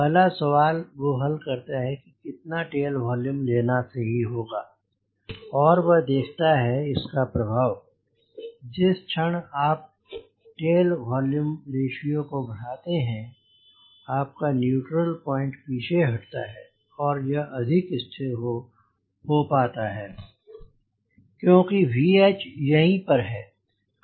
पहला सवाल वो हल करता है कि कितना टेल वोल्यूम लेना सही होगा और वह देखता है इसका प्रभाव जिस क्षण आप टेल वोल्यूम रेशीओ को बढ़ाते हैं आपका न्यूट्रल पॉइंट पीछे हटता है और यह अधिक स्थिर हो पता है क्योंकि VH यहीं पर है